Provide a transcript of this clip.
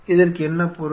இதற்கு என்ன பொருள்